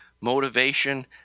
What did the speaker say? motivation